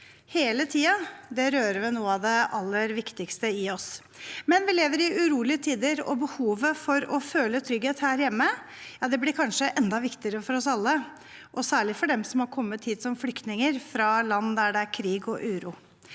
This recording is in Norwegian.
hele tiden, rører ved noe av det aller viktigste i oss. Men vi lever i urolige tider, og behovet for å føle trygghet her hjemme blir kanskje enda viktigere for oss alle, og særlig for dem som har kommet hit som flyktninger fra land med krig og uro.